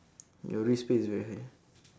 your risk pay is very high